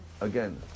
Again